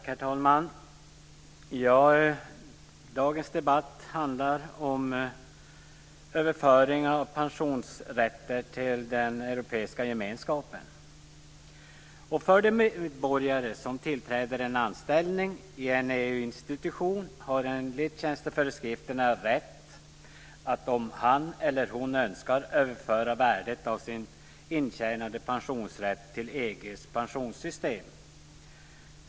Herr talman! Dagens debatt handlar om överföringar av pensionsrätter till den europeiska gemenskapen. De medborgare som tillträder en anställning i en EU-institution har enligt tjänsteföreskrifterna rätt att, om han eller hon önskar, överföra värdet av sin intjänade pensionsrätt till EG:s pensionssystem.